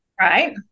Right